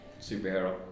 superhero